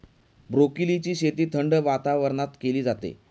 ब्रोकोलीची शेती थंड वातावरणात केली जाते